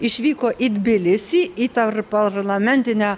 išvyko į tbilisį į tarpparlamentinę